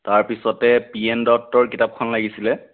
তাৰপিছতে P N দত্তৰ কিতাপখন লাগিছিলে